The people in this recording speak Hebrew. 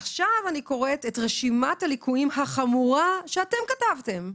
עכשיו אני קוראת את רשימת הליקויים החמורה שאתם כתבתם.